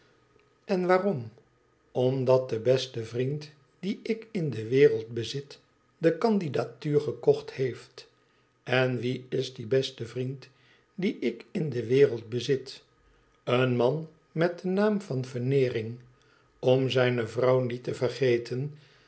én waarom omdat de beste vriend dien ik in de wereld bezit de candidatuur gekocht heeft n wie is die beste vriend dien ik in de wereld bezit en man met den naam van veneering om zijne vrouw niet te vergeten